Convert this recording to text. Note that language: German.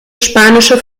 spanische